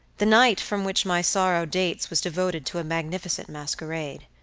the night from which my sorrow dates was devoted to a magnificent masquerade.